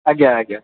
ଆଜ୍ଞା ଆଜ୍ଞା